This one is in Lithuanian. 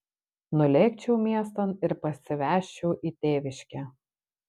nulėkčiau miestan ir parsivežčiau į tėviškę